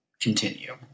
continue